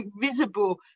visible